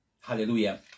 hallelujah